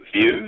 view